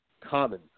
common